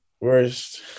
Worst